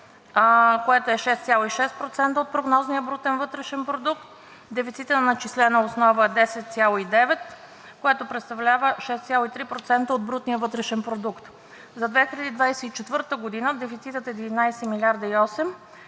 което е 6,6% от прогнозния брутен вътрешен продукт, дефицитът на начислена основа е 10,9, което представлява 6,3% от брутния вътрешен продукт. За 2024 г. дефицитът е 12,8 милиарда